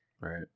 right